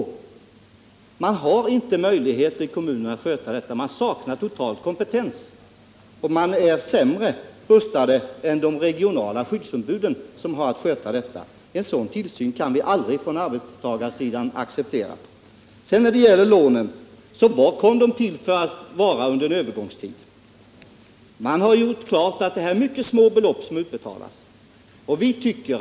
Kommunerna saknar totalt kompetens att sköta tillsynen — de är sämre rustade än de regionala skyddsombuden. En sådan tillsyn kan arbetstagarsidan aldrig acceptera. Garantilånen till arbetsmiljöförbättringar var avsedda för en övergångstid. Mycket små belopp har utbetalats.